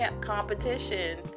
competition